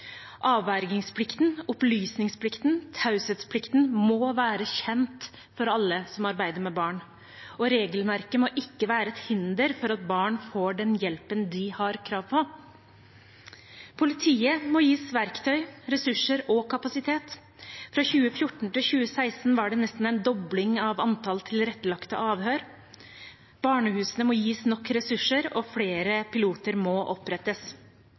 Avvergingsplikten, opplysningsplikten og taushetsplikten må være kjent for alle som arbeider med barn. Regelverket må ikke være et hinder for at barn får den hjelpen de har krav på. Politiet må gis verktøy, ressurser og kapasitet. Fra 2014 til 2016 var det nesten en dobling av antallet tilrettelagte avhør. Barnehusene må gis nok ressurser, og flere piloter må opprettes.